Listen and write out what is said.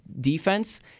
defense